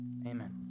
amen